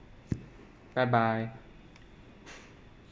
bye bye